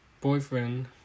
boyfriend